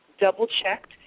double-checked